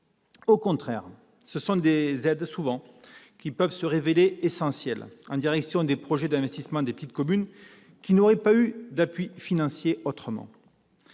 Au contraire, ce sont souvent des aides qui peuvent se révéler essentielles pour des projets d'investissement de petites communes qui n'auraient pas eu d'appui financier autrement.